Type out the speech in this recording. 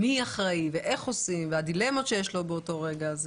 מי אחראי, איך עושים והדילמות שיש לו באותו רגע.